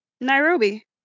Nairobi